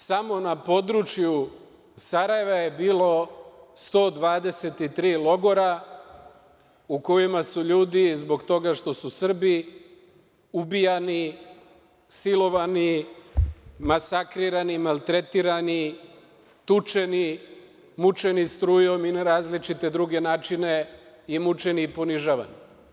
Samo na području Sarajeva je bilo 123 logora u kojima su ljudi, zbog toga što su Srbi, ubijani, silovani, masakrirani, maltretirani, tučeni, mučeni strujom i na različite druge načine i mučeni i ponižavani.